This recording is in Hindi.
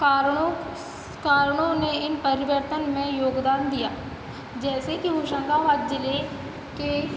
कारणों कारणों ने इन परिवर्तन में योगदान दिया जैसे कि होशंगाबाद जिले के